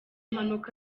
mpanuka